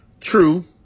True